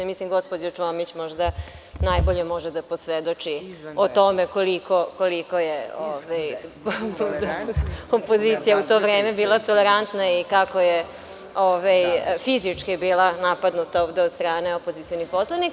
Mislim da gospođa Čomić možda najbolje može da posvedoči o tome koliko je opozicija u to vreme bila tolerantna i kako je fizički bila napadnuta od strane opozicionih poslanika.